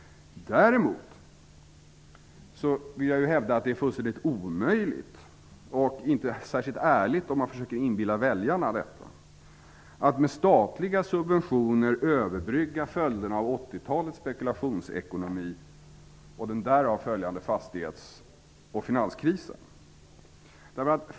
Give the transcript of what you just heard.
Däremot vill jag hävda att det är helt omöjligt och -- om man försöker inbilla väljarna detta -- inte särskilt ärligt att med statliga subventioner överbrygga följderna av 1980-talets spekulationsekonomi och den därav följande fastighets och finanskrisen.